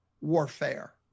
warfare